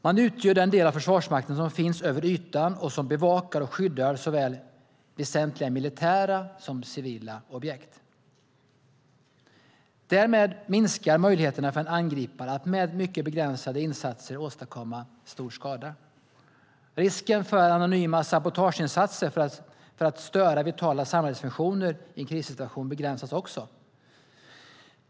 Man utgör den del av Försvarsmakten som finns över ytan och som bevakar och skyddar såväl väsentliga militära som civila objekt. Därmed minskar möjligheterna för en angripare att med mycket begränsade insatser åstadkomma stor skada. Risken för anonyma sabotageinsatser för att störa vitala samhällsfunktioner i en krissituation begränsas också.